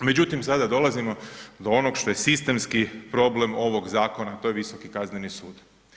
Međutim sada dolazimo do onog što je sistemski problem ovog zakona, to je Visoki kazneni sud.